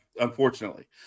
unfortunately